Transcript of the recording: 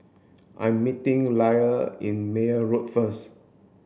I'm meeting Liller in Meyer Road first